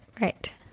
Right